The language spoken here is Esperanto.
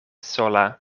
sola